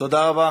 תודה רבה.